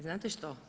Znate što?